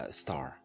star